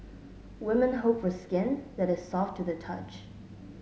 women hope for skin that is soft to the touch